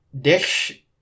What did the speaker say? Dish